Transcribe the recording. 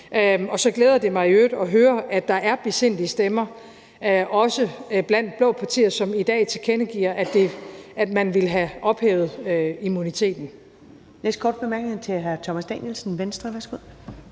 Så glæder det mig i øvrigt at høre, at der er besindige stemmer, også blandt blå partier, som i dag tilkendegiver, at man ville have ophævet immuniteten. Kl. 22:40 Første næstformand (Karen Ellemann) : Den næste